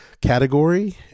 category